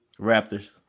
Raptors